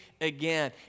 again